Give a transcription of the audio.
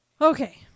Okay